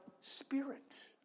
spirit